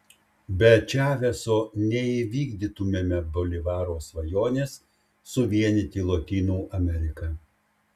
be čaveso neįvykdytumėme bolivaro svajonės suvienyti lotynų ameriką